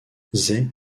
they